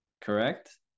correct